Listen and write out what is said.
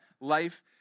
life